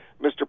Mr